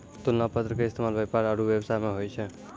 तुलना पत्र के इस्तेमाल व्यापार आरु व्यवसाय मे होय छै